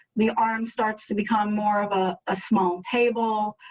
the arm starts to become more of ah a small table,